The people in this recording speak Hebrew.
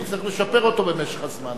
נצטרך לשפר אותו במשך הזמן,